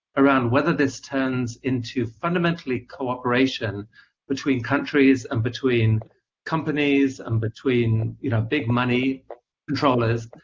around whether this turns into fundamentally, cooperation between countries and between companies and between, you know, big-money controllers,